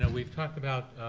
and we've talked about,